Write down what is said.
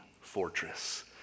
fortress